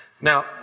Now